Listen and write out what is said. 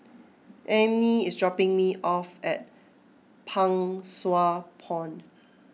Emmie is dropping me off at Pang Sua Pond